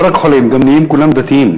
לא רק חולים, גם נהיים כולם דתיים.